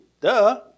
Duh